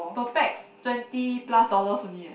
per pax twenty plus dollars only eh